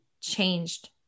changed